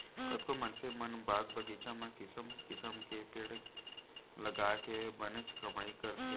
कतको मनसे मन बाग बगीचा म किसम किसम के पेड़ लगाके बनेच कमाई करथे